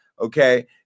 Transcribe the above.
okay